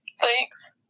Thanks